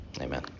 Amen